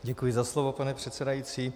Děkuji za slovo, pane předsedající.